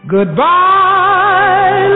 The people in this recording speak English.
Goodbye